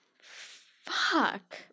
Fuck